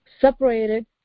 separated